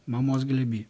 mamos glėby